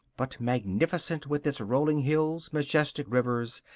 but magnificent with its rolling hills, majestic rivers,